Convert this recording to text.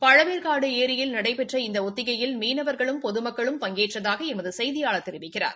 பழவேற்காடு ஏரியில் நடைபெற்ற இந்த ஒத்திகையில் மீனவர்களும் பொதுமக்களும் பங்கேற்றதாக எமது செயதியாளர் தெரிவிக்கிறார்